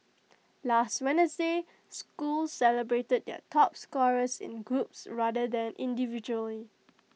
last Wednesday schools celebrated their top scorers in groups rather than individually